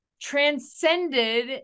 transcended